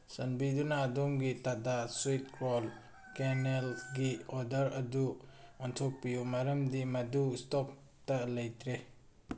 ꯆꯥꯟꯕꯤꯗꯨꯅ ꯑꯗꯣꯝꯒꯤ ꯇꯇꯥ ꯁ꯭ꯋꯤꯠ ꯀꯣꯔꯟ ꯀꯦꯅꯦꯜꯒꯤ ꯑꯣꯗꯔ ꯑꯗꯨ ꯑꯣꯟꯊꯣꯛꯄꯤꯌꯨ ꯃꯔꯝꯗꯤ ꯃꯗꯨ ꯁ꯭ꯇꯣꯛꯇ ꯂꯩꯇ꯭ꯔꯦ